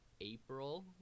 April